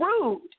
rude